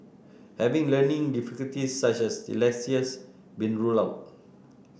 have learning difficulties such as dyslexia been ruled out